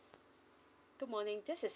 good morning this is